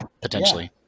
potentially